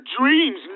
dreams